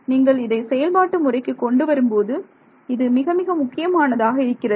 நீங்கள் இதை செயல்பாட்டு முறைக்கு கொண்டு வரும்போது இது மிகமிக முக்கியமானதாக இருக்கிறது